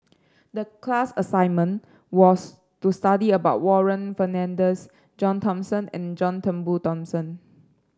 the class assignment was to study about Warren Fernandez John Thomson and John Turnbull Thomson